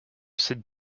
cette